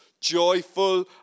joyful